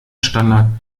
standard